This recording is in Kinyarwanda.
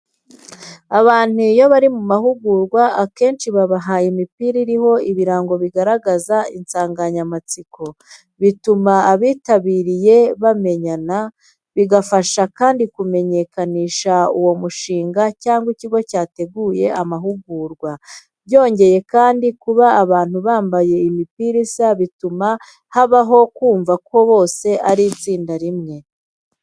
Abantu iyo bari mu mahugurwa, akenshi babaha imipira iriho ibirango bigaragaza insanganyamatsiko cyangwa umushinga wateguye ayo mahugurwa. Bituma abitabiriye bamenyana, bigafasha kandi kumenyekanisha uwo mushinga cyangwa ikigo cyateguye amahugurwa, byongeye kandi kuba abantu bambaye imipira isa bituma habaho kumva ko bose ari itsinda rimwe.